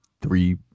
three